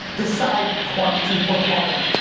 decide quantity or quality,